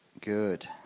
Good